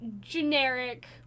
generic